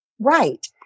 Right